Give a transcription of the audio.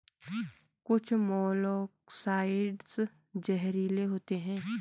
कुछ मोलॉक्साइड्स जहरीले होते हैं